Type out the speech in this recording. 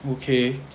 okay